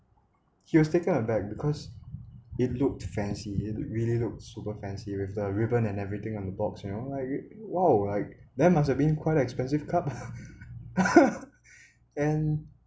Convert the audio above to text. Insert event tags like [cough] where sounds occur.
he was taken aback because it looked fancy it really looked super fancy with the ribbon and everything on the box you know like !wow! like there must have been quite expensive cup [laughs] and